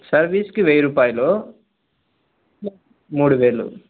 సర్వీస్కి వెయ్యి రూపాయలు మూడు వేలు